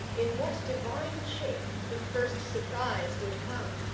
in what divine shape, the first surprise would come.